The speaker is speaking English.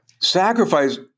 sacrifice